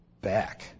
back